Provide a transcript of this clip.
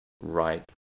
right